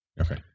Okay